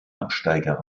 absteiger